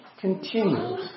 continues